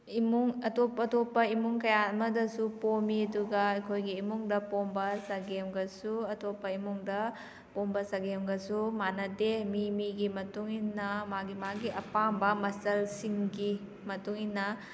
ꯏꯃꯨꯡ ꯑꯇꯣꯞ ꯑꯇꯣꯞꯄ ꯏꯃꯨꯡ ꯀꯌꯥ ꯑꯃꯗꯁꯨ ꯄꯣꯝꯃꯤ ꯑꯗꯨꯒ ꯑꯩꯈꯣꯏꯒꯤ ꯏꯃꯨꯡꯗ ꯄꯣꯝꯕ ꯆꯒꯦꯝꯒꯁꯨ ꯑꯇꯣꯞꯄ ꯏꯃꯨꯡꯗ ꯄꯣꯝꯕ ꯆꯒꯦꯝꯒꯁꯨ ꯃꯥꯅꯗꯦ ꯃꯤ ꯃꯤꯒꯤ ꯃꯇꯨꯡ ꯏꯟꯅ ꯃꯥꯒꯤ ꯃꯥꯒꯤ ꯑꯄꯥꯝꯕ ꯃꯆꯜꯁꯤꯡꯒꯤ ꯃꯇꯨꯡ ꯏꯟꯅ